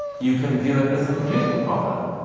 you can view it as a computing problem,